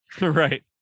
right